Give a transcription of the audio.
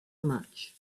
much